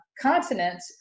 continent